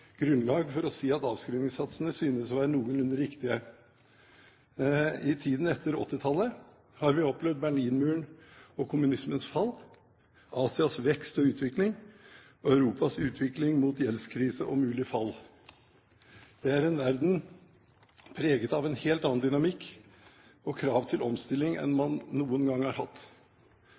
grunnlag for å si at avskrivningssatsene synes å være noenlunde riktige. I tiden etter 1980-tallet har vi opplevd Berlinmurens og kommunismens fall, Asias vekst og utvikling og Europas utvikling mot gjeldskrise og mulig fall. Det er en verden preget av en helt annen dynamikk og helt andre krav til omstilling enn man noen gang har hatt.